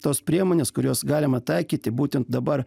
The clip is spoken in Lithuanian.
tos priemonės kurios galima taikyti būtent dabar